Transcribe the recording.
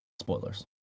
Spoilers